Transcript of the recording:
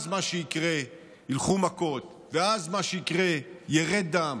אז מה שיקרה, ילכו מכות, אז מה שיקרה, ירד דם,